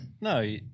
No